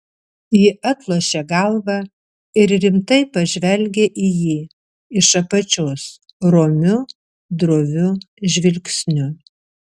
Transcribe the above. ji atlošė galvą ir rimtai pažvelgė į jį iš apačios romiu droviu žvilgsniu